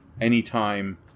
anytime